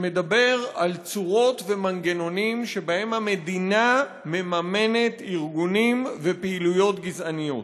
שמדבר על צורות ומנגנונים שבהם המדינה מממנת ארגונים ופעילויות גזעניות.